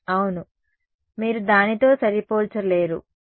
అవును మీరు దానితో సరిపోల్చ లేరు అవును